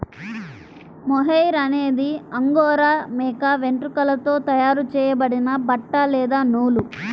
mohair అనేది angora మేక వెంట్రుకలతో తయారు చేయబడిన బట్ట లేదా నూలు